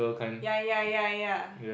ya ya ya ya